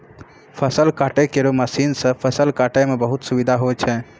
फसल काटै केरो मसीन सँ फसल काटै म बहुत सुबिधा होय छै